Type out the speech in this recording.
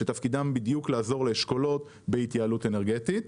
שתפקידם לעזור לאשכולות בהתייעלות אנרגטית.